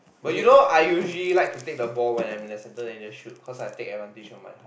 but you know I usually like to take the ball when I'm in the center then I just shoot because I take advantage of my height